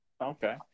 Okay